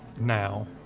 now